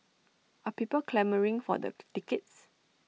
are people clamouring for the tickets